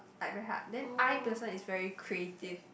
like very hard then I person is very creative